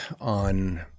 on